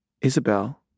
Isabel